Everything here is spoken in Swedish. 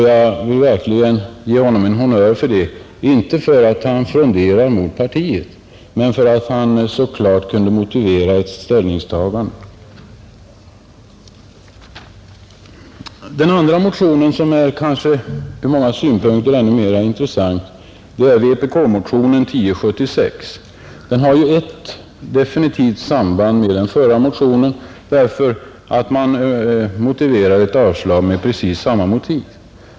Jag vill verkligen ge honom en honnör för det, inte för att han fronderar mot partiet men för att han så klart kan motivera sitt ställningstagande. Den andra motionen, som från många synpunkter kanske är ännu mera intressant, är vpk-motionen 1071. Den har ett definitivt samband med den förra motionen, därför att man motiverar ett avslag med precis samma skäl.